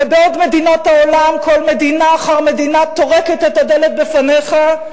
ובעוד במדינות העולם מדינה אחר מדינה טורקת את הדלת בפניך,